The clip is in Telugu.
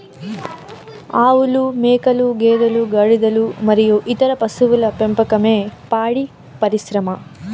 ఆవులు, మేకలు, గేదెలు, గాడిదలు మరియు ఇతర పశువుల పెంపకమే పాడి పరిశ్రమ